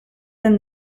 than